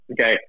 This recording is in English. Okay